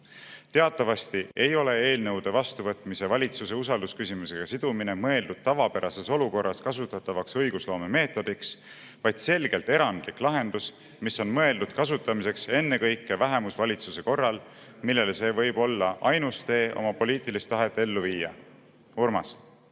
Teatavasti ei ole eelnõude vastuvõtmise valitsuse usaldusküsimusega sidumine mõeldud tavapärases olukorras kasutatavaks õigusloome meetodiks, vaid on selgelt erandlik lahendus, mis on mõeldud kasutamiseks ennekõike vähemusvalitsuse korral, millele see võib olla ainus tee oma poliitilist tahet ellu viia. Urmas!